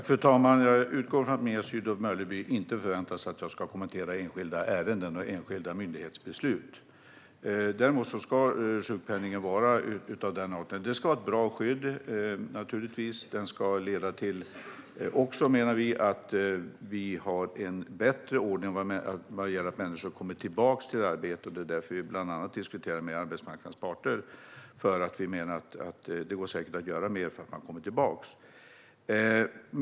Fru talman! Jag utgår från att Mia Sydow Mölleby inte förväntar sig att jag ska kommentera enskilda ärenden och enskilda myndighetsbeslut. Sjukpenningen ska naturligtvis vara ett bra skydd och leda till, menar vi, att vi får en bättre ordning vad gäller att människor kommer tillbaka till arbetet. Det är därför vi bland annat diskuterar med arbetsmarknadens parter. Vi menar att det säkert går att göra mer för att man ska komma tillbaka till arbetet.